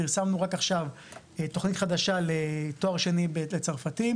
פרסמנו רק עכשיו תוכנית חדשה לתואר שני בצרפתית.